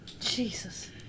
Jesus